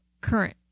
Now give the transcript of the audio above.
current